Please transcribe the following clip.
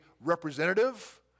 representative